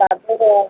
Dadar